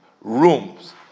rooms